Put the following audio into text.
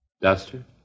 Duster